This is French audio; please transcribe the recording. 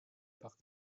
parc